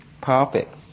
perfect